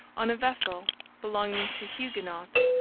on a vessel belonging to huguenots,